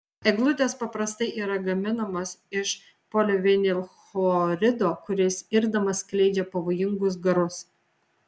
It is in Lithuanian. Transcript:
eglutės paprastai yra gaminamos iš polivinilchlorido kuris irdamas skleidžia pavojingus garus